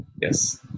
Yes